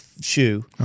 shoe